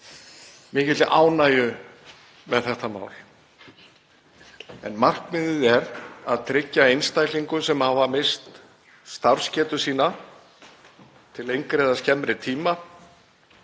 mikilli ánægju með þetta mál, en markmiðið er að tryggja einstaklingum sem hafa misst starfsgetu sína til lengri eða skemmri tíma